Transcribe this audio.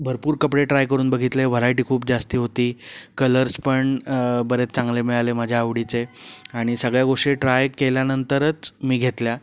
भरपूर कपडे ट्राय करून बघितले व्हरायटी खूप जास्त होती कलर्स पण बरेच चांगले मिळाले माझ्या आवडीचे आणि सगळ्या गोष्टी ट्राय केल्यानंतरच मी घेतल्या